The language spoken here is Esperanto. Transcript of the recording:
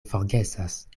forgesas